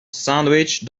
sandwich